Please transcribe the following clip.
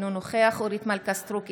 אינו נוכח אורית מלכה סטרוק,